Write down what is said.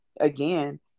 again